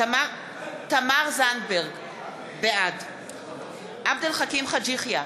בהצבעה תמר זנדברג, בעד עבד אל חכים חאג' יחיא,